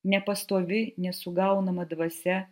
nepastovi nesugaunama dvasia